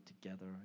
together